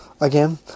again